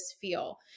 feel